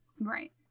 right